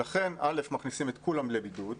לכן, ראשית, מכניסים את כולם לבידוד.